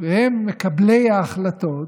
והם מקבלי ההחלטות,